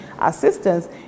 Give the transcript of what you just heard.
assistance